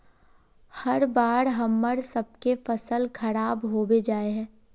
हर बार हम्मर सबके फसल खराब होबे जाए है?